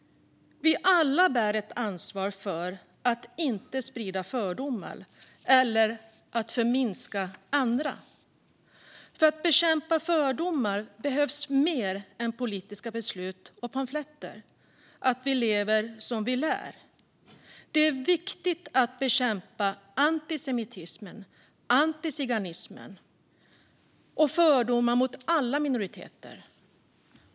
Vi bär alla ett ansvar för att inte sprida fördomar eller förminska andra. För att bekämpa fördomar behövs mer än politiska beslut och pamfletter. Det behövs att vi lever som vi lär. Det är viktigt att bekämpa antisemitism, antiziganism och fördomar mot alla minoriteter.